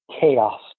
chaos